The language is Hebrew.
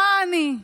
מה אני,